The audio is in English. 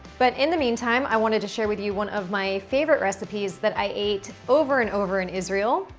but in the meantime, i wanted to share with you one of my favorite recipes that i ate over and over, in israel.